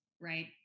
right